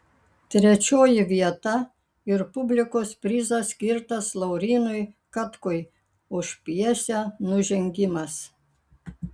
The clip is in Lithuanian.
trečioji vieta ir publikos prizas skirtas laurynui katkui už pjesę nužengimas